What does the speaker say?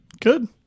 Good